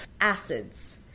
Acids